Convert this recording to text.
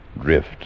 Drift